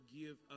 give